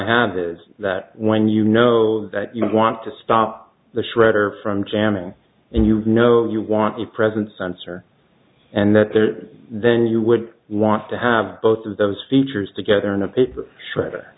have is that when you know that you want to stop the shredder from jamming and you know you want to present censor and that there then you would want to have both of those features together in a paper shredder